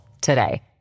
today